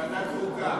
לוועדת חוקה.